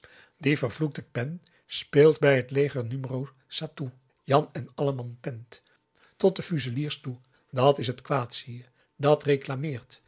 die vervloekte pen speelt bij het leger numero s a t o e jan en alleman pent tot de fuseliers toe dat is het kwaad zie je dat